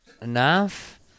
enough